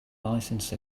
license